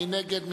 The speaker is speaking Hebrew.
מי נגד?